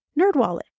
Nerdwallet